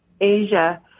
asia